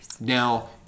Now